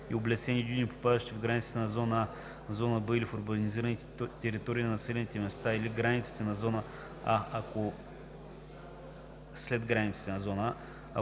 и облесени дюни, попадащи в границите на зона „А“, зона „Б“ или в урбанизираните територии на населените места след границите на зона „А“, ако по друг закон не